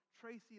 Tracy